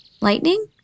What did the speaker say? Lightning